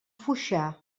foixà